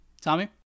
Tommy